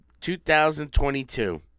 2022